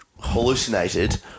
hallucinated